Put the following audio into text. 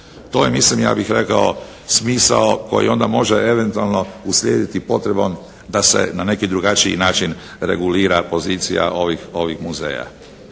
To je mislim ja bih rekao smisao koji onda može eventualno uslijediti potrebom da se na neki drugačiji način regulira pozicija ovih muzeja.